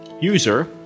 user